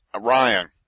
Ryan